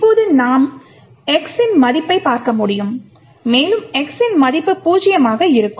இப்போது நாம் x இன் மதிப்பைப் பார்க்க முடியும் மேலும் x இன் மதிப்பு பூஜ்ஜியமாக இருக்கும்